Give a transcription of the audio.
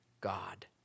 God